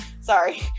sorry